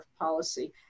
policy